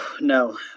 No